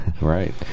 Right